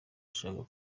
ashaka